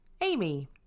Amy